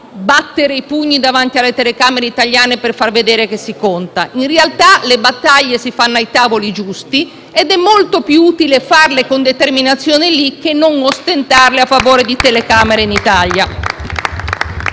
battere i pugni davanti alle telecamere italiane per far vedere che si conta. In realtà le battaglie si fanno ai tavoli giusti ed è molto più utile farle con determinazione lì, che non ostentarle a favore di telecamere in Italia.